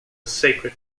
sacred